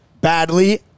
badly